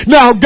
Now